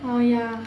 oh ya